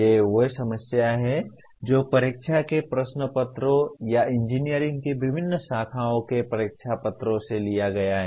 ये वे समस्याएं हैं जो परीक्षा के प्रश्नपत्रों या इंजीनियरिंग की विभिन्न शाखाओं के परीक्षा पत्रों से लिया गया हैं